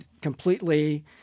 completely